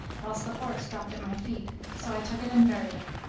whilst the horse dropped at my feet so i took it and buried it.